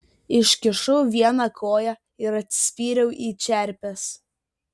iškišau vieną koją ir atsispyriau į čerpes